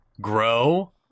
grow